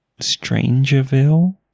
Strangerville